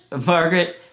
Margaret